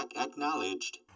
acknowledged